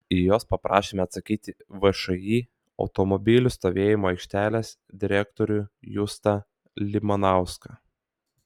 į juos paprašėme atsakyti všį automobilių stovėjimo aikštelės direktorių justą limanauską